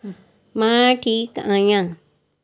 मां ठीकु आहियां